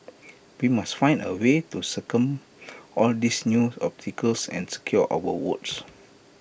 we must find A way to circum all these new obstacles and secure our votes